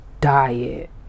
diet